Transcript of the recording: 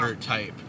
type